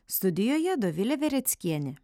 studijoje dovilė vereckienė